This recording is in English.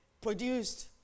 produced